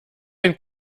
ein